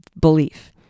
belief